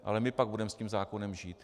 Ale my pak budeme s tím zákonem žít.